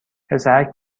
پسرک